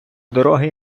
дороги